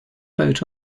boat